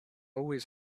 always